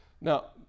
now